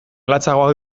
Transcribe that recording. latzagoak